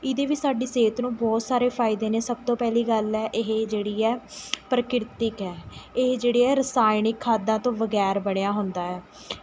ਇਹਦੇ ਵਿੱਚ ਸਾਡੀ ਸਿਹਤ ਨੂੰ ਬਹੁਤ ਸਾਰੇ ਫ਼ਾਇਦੇ ਨੇ ਸਭ ਤੋਂ ਪਹਿਲੀ ਗੱਲ ਹੈ ਇਹ ਜਿਹੜੀ ਹੈ ਪ੍ਰਕਿਰਤਿਕ ਹੈ ਇਹ ਜਿਹੜੇ ਹੈ ਰਸਾਇਣਿਕ ਖਾਦਾਂ ਤੋਂ ਵਗੈਰ ਬਣਿਆ ਹੁੰਦਾ ਹੈ